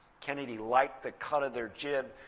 kennedy liked the cut of their jib.